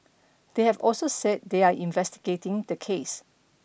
they have also said they are investigating the case